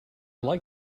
like